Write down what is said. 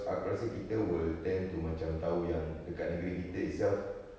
aku rasa kita will tend to macam tahu yang dekat negeri kita itself